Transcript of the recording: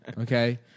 Okay